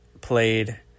played